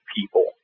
people